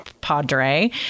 padre